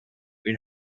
این